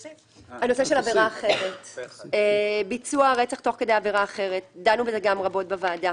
הנושא של ביצוע הרצח תוך כדי עבירה אחרת דנו בזה רבות בוועדה.